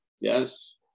yes